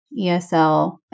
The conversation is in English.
ESL